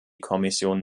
kommission